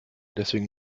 deswegen